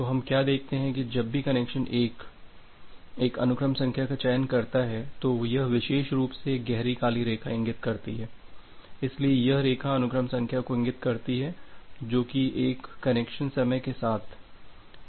तो हम क्या देखते हैं कि जब भी कनेक्शन 1 एक अनुक्रम संख्या का चयन करता है तो यह विशेष रूप से गहरी काली रेखा इंगित करती है इसलिए यह रेखा अनुक्रम संख्या को इंगित करती है जो कि एक कनेक्शन समय के साथ उसे उपयोग करने जा रहा है